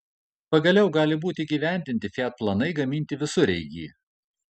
pagaliau gali būti įgyvendinti fiat planai gaminti visureigį